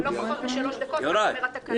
אבל לא פחות מ-3 דקות, כך אומר התקנון.